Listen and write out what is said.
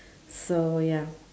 so ya